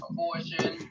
Abortion